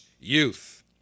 youth